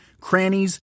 crannies